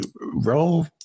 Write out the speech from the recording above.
roll